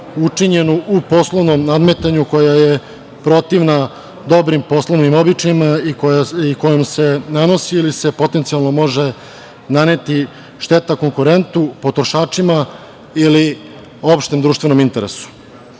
učinjenu u poslovnom nadmetanju, koja je protivna dobrim poslovnim običajima i kojom se nanosi ili se potencijalno može naneti šteta konkurentu, potrošačima ili opštem društvenom interesu.Zaštitom